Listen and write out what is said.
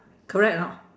correct or not